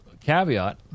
caveat